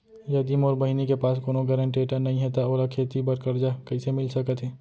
यदि मोर बहिनी के पास कोनो गरेंटेटर नई हे त ओला खेती बर कर्जा कईसे मिल सकत हे?